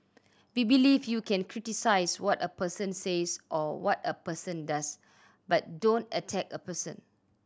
we believe you can criticise what a person says or what a person does but don't attack a person